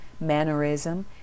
mannerism